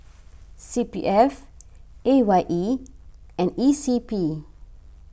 C P F A Y E and E C P